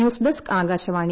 news desk Akashvani